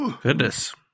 Goodness